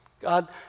God